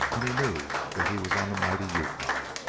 and he knew that he was on the mighty yukon.